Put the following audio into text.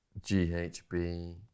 GHB